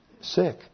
sick